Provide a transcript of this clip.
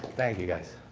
thank you, guys.